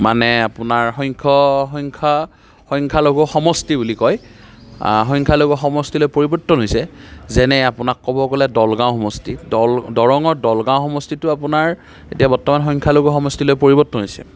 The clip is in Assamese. মানে আপোনাৰ সংখ্য সংখ্যা সংখ্যালঘু সমষ্টি বুলি কয় সংখ্যালঘু সমষ্টিলৈ পৰিৱৰ্তন হৈছে যেনে আপোনাক ক'ব গ'লে দলগাঁও সমষ্টি দৰ দৰঙৰ দলগাঁও সমষ্টিটো আপোনাৰ এতিয়া বৰ্তমান সংখ্যালঘু সমষ্টিলৈ পৰিৱৰ্তন হৈছে